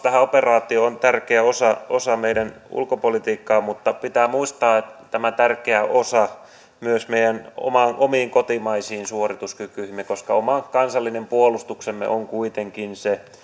tähän operaatioon on joka tapauksessa tärkeä osa meidän ulkopolitiikkaamme mutta pitää muistaa että tämä on tärkeä osa myös meidän oman kotimaisen suorituskykymme kannalta koska oma kansallinen puolustuksemme on kuitenkin se